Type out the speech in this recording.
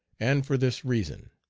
and for this reason.